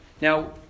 Now